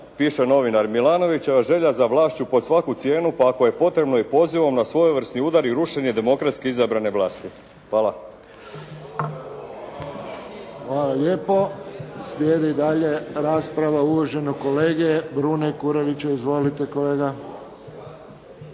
piše novinar "Milanovićeva želja za vlašću pod svaku cijenu pa ako je potrebno i pozivom na svojevrsni udar i rušenje demokratski izabrane vlasti". Hvala. **Friščić, Josip (HSS)** Hvala lijepo. Slijedi dalje rasprava uvaženog kolege Brune Kurelića. Izvolite kolega.